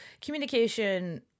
communication